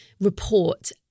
report